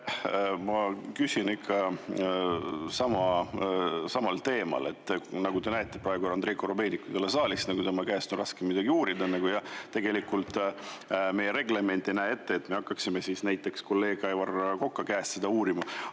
Ma küsin ikka samal teemal. Nagu te näete, praegu Andrei Korobeinikut ei ole saalis, tema käest on raske midagi uurida, ja tegelikult meie reglement ei näe ette, et me hakkaksime siis näiteks kolleeg Aivar Koka käest seda uurima.